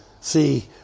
see